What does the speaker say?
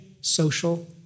social